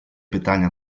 pytania